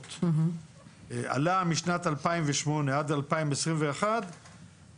הגמלאות עלה משנת 2008 עד 2021 בכ-15.6%.